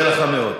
לא, לא.